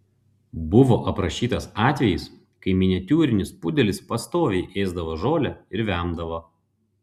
buvo aprašytas atvejis kai miniatiūrinis pudelis pastoviai ėsdavo žolę ir vemdavo